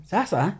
Sasa